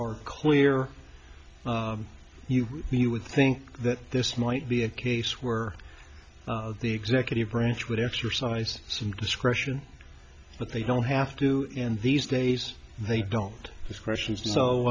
or clear you you would think that this might be a case where the executive branch would exercise some discretion but they don't have to and these days they don't discretion